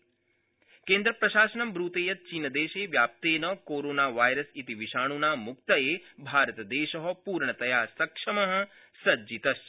corona विषाण् केन्द्रप्रशासनं ब्रते यत् चीनदेशे व्याप्तेन कोरोनावायरस् इति विषाण्ना मुक्तये भारतदेश पूर्वतया सक्षम सज्जितश्व